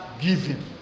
giving